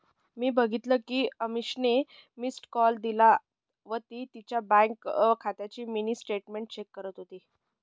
मी बघितल कि अमीषाने मिस्ड कॉल दिला व ती तिच्या बँक खात्याची मिनी स्टेटमेंट चेक करत होती